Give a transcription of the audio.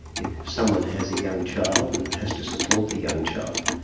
if someone has a young child and has to support the young child,